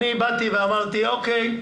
אני אמרתי: אוקי,